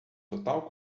total